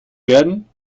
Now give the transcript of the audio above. werden